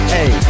Hey